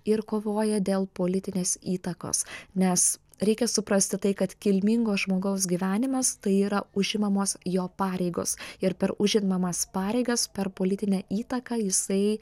ir kovoja dėl politinės įtakos nes reikia suprasti tai kad kilmingo žmogaus gyvenimas tai yra užimamos jo pareigos ir per užimamas pareigas per politinę įtaką jisai